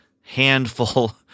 handful